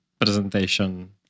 presentation